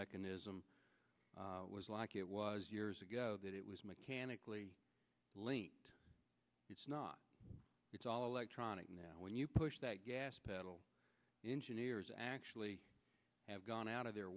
mechanism was like it was years ago that it was mechanically linked it's not it's all electronic now when you push that gas pedal engineers actually have gone out of their